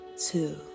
two